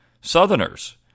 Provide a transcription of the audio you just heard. Southerners